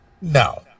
no